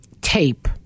tape